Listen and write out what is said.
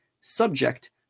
subject